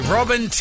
Robin